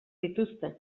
dituzte